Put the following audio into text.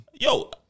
Yo